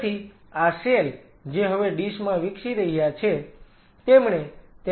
તેથી આ સેલ જે હવે ડીશ માં વિકસી રહ્યા છે